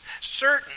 certain